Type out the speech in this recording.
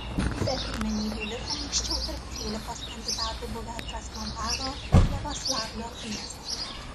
be pirmenybių liko anksčiau tarp trylikos kandidatų buvę krasnodaro ir jaroslavlio miestai